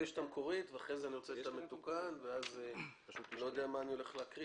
אתם הולכים לקבל